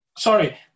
Sorry